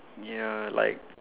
ya like